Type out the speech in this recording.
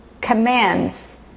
commands